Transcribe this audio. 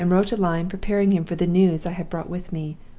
and wrote a line preparing him for the news i had brought with me,